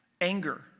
Anger